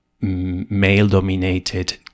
male-dominated